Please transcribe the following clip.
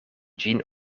ĝin